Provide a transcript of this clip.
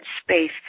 space